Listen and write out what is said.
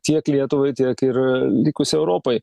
tiek lietuvai tiek ir likusiai europai